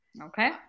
Okay